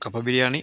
കപ്പ ബിരിയാണി